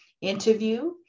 interview